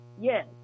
Yes